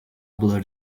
blurred